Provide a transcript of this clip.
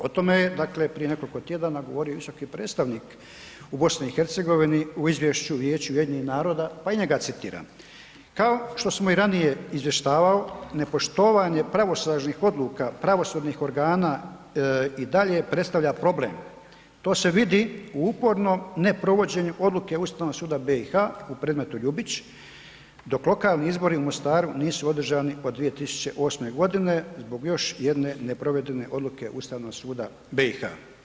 O tome je dakle prije nekoliko tjedana govorio visoki predstavnik u BiH u izvješću Vijeću UN-a pa i njega citiram: Kao što sam i ranije izvještavao nepoštovanje pravosnažnih odluka pravosudnih organa i dalje predstavlja problem, to se vidi u upornom neprovođenju odluke Ustavnog suda BiH u predmetu Ljubić dok lokalni izbori u Mostaru nisu održani od 2008. godine zbog još jedne neprovedene odluke Ustavnog suda BiH.